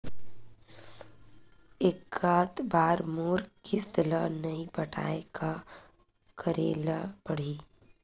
एकात बार मोर किस्त ला नई पटाय का करे ला पड़ही?